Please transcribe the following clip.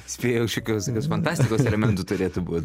spėju šiokios tokios fantastikos elementų turėtų būt